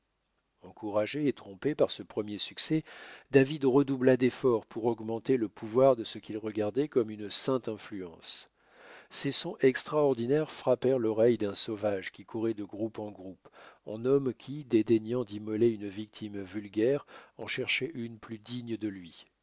encouragé et trompé par ce premier succès david redoubla d'efforts pour augmenter le pouvoir de ce qu'il regardait comme une sainte influence ces sons extraordinaires frappèrent l'oreille d'un sauvage qui courait de groupe en groupe en homme qui dédaignant d'immoler une victime vulgaire en cherchait une plus digne de lui